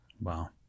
Wow